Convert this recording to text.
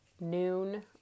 noon